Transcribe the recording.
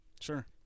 Sure